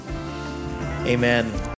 Amen